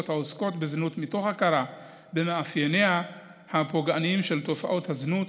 העוסקות בזנות מתוך הכרה במאפייניה הפוגעניים של תופעת הזנות,